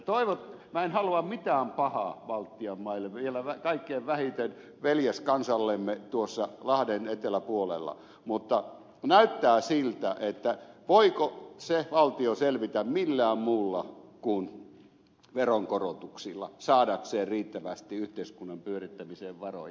minä en halua mitään pahaa baltian maille kaikkein vähiten veljeskansallemme tuossa lahden eteläpuolella mutta voiko se valtio selvitä millään muulla kuin veronkorotuksilla saadakseen riittävästi yhteiskunnan pyörittämiseen varoja